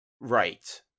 right